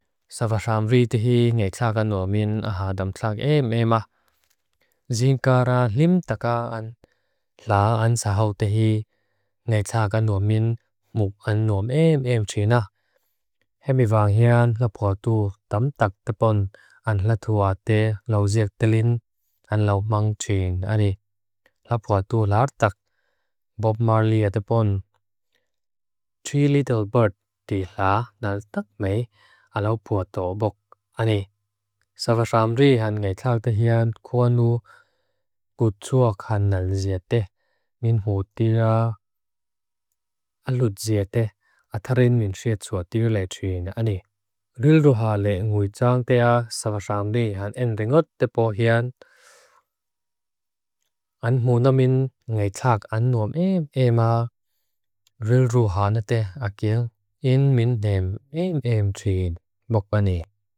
Savasambhvi tihi nge tsaga no min ahadam tlak em em ah. Jinkara lim taka an. La an sahau tihi nge tsaga no min muk an nom em em china. Hemivang hyan lapuatu tam tak tapon. An lathu ate lau ziek telin an lau mang chin ani. Lapuatu lar tak. Bob Marley atapon. Tree Little Bird tihla naltak me alaupuatu bok ani. Savasambhvi han nge tsaga te hyan. Kuanu kutuak han nal ziete. Minhutira alut ziete. Atarin min sietsua tiri le china ani. Rilruha le nguy tsang te ah. Savasambhvi han eng ringot tepoh hyan. An muna min nge tsaga an nom em em ah. Rilruha nate akil. In min nem em em chin. Muk ani.